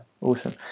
awesome